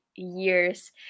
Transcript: years